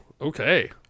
okay